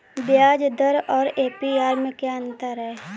ब्याज दर और ए.पी.आर में क्या अंतर है?